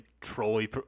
trolley